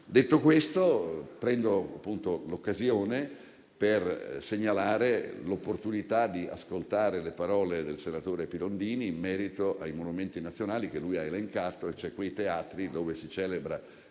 Detto questo, colgo appunto l'occasione per segnalare l'opportunità di ascoltare le parole del senatore Pirondini in merito ai monumenti nazionali, che ha elencato e cioè quei teatri in cui si celebra